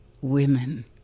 women